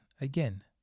Again